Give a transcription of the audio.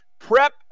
Prep